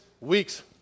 weeks